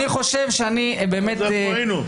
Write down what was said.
אני חושב --- מה זה איפה היינו?